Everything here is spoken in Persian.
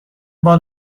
بال